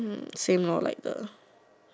mm same lor like uh